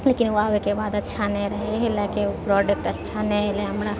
लेकिन ऊ आबैके बाद अच्छा नै रहै यही लेऽके ऊ प्रोडक्ट अच्छा नै अयलै हमरा